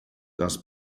das